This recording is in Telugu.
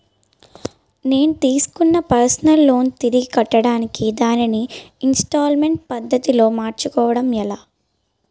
నేను తిస్కున్న పర్సనల్ లోన్ తిరిగి కట్టడానికి దానిని ఇంస్తాల్మేంట్ పద్ధతి లో మార్చుకోవడం ఎలా?